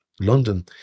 London